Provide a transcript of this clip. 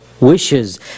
wishes